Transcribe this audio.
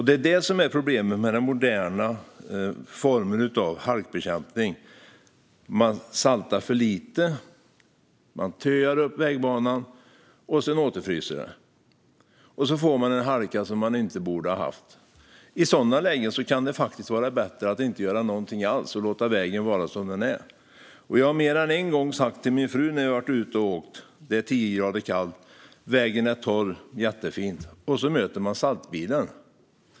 Det är detta som är problemet med den moderna halkbekämpningen. Man saltar för lite, vilket töar upp vägbanan som sedan återfryser. Då får man en halka som man inte borde ha haft. I sådana lägen kan det faktiskt vara bättre att inte göra någonting alls och låta vägen vara som den är. Jag har mer än en gång sagt till min fru när vi har varit ute och åkt och det är tio grader kallt: "Vägen är torr. Jättefint!" Då möter man saltbilen.